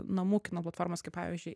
namų kino platformos kaip pavyzdžiui